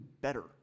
better